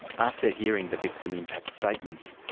after hearing the victim impact statements,